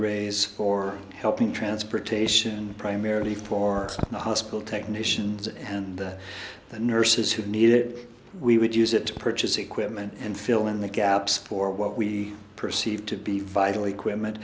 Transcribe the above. raise for helping transportation primarily for the hospital technicians and the nurses who need it we would use it to purchase equipment and fill in the gaps for what we perceive to be vitally qui